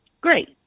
Great